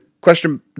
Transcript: question